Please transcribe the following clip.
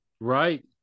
Right